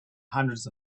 hundreds